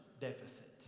deficit